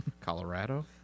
Colorado